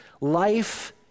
Life